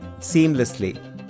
seamlessly